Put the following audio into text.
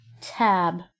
Tab